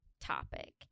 topic